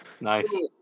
Nice